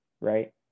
right